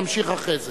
נמשיך אחרי זה.